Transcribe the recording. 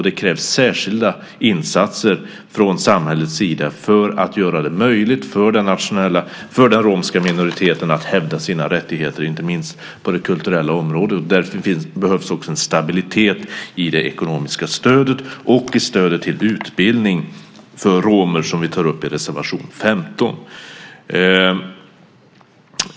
Det krävs särskilda insatser från samhällets sida för att göra det möjligt för den romska minoriteten att hävda sina rättigheter, inte minst på det kulturella området. Därför behövs det också en stabilitet i det ekonomiska stödet och i stödet till utbildning för romer. Detta tar vi upp i reservation 15.